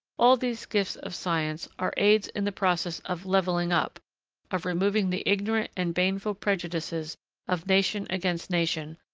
all these gifts of science are aids in the process of levelling up of removing the ignorant and baneful prejudices of nation against nation,